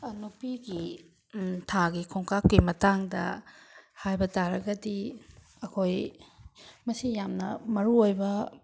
ꯅꯨꯄꯤꯒꯤ ꯊꯥꯒꯤ ꯈꯣꯡꯀꯥꯞꯀꯤ ꯃꯇꯥꯡꯗ ꯍꯥꯏꯕ ꯇꯥꯔꯒꯗꯤ ꯑꯩꯈꯣꯏ ꯃꯁꯤ ꯌꯥꯝꯅ ꯃꯔꯨ ꯑꯣꯏꯕ